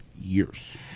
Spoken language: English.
Years